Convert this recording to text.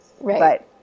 Right